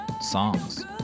songs